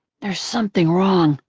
there's something wrong,